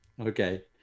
Okay